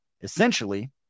essentially